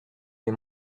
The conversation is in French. les